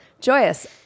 Joyous